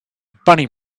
bunny